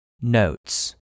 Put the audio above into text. Notes